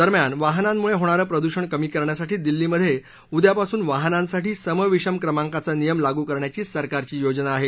दरम्यान वाहनांम्ळे होणारं प्रदूषण कमी करण्यासाठी दिल्लीमध्ये उद्यापासून वाहनांसाठी सम विषम क्रमांकाचा नियम लागू करण्याची सरकारची योजना आहे